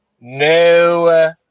no